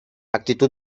actitud